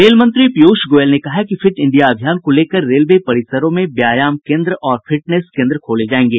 rail मंत्री पीयूष गोयल ने कहा है कि फिट इंडिया अभियान को लेकर रेलवे परिसरों में व्यायाम कोन्द्र और फिटनेस केन्द्र खोले जाएंगे